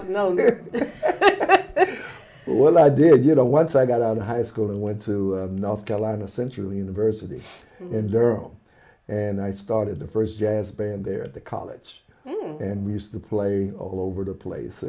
s known well i did you know once i got out of high school and went to north carolina central university in durham and i started the first jazz band there at the college and we used to play all over the place